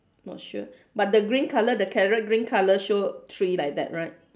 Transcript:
not sure but the green colour the carrot green colour show three like that right